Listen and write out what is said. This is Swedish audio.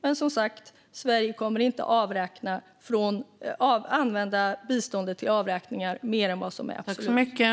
Men, som sagt, Sverige kommer inte att använda biståndet till avräkningar mer än vad som är absolut nödvändigt.